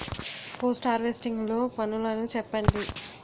Post harvesting లో పనులను చెప్పండి?